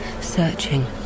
Searching